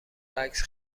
عکس